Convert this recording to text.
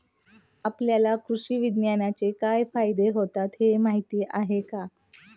आपल्याला कृषी विज्ञानाचे काय फायदे होतात हे माहीत आहे का?